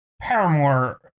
paramore